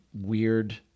weird